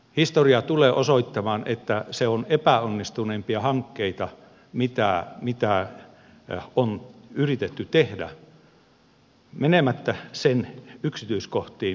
historia tulee osoittamaan että se on epäonnistuneimpia hankkeita mitä on yritetty tehdä menemättä sen yksityiskohtiin